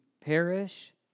perish